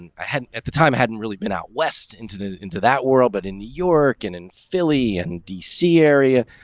and i had at the time hadn't really been out west into the into that world, but in new york and in philly and d c area.